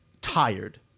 tired